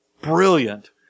Brilliant